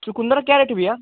चुकन्दर का क्या रेट है भैया